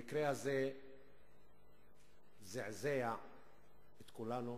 המקרה הזה זעזע את כולנו